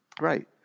Right